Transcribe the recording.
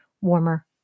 warmer